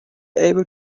able